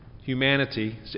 humanity